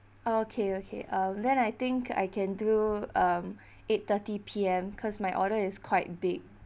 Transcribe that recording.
okay okay um then I think I can do um eight thirty P_M cause my order is quite big